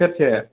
सेरसे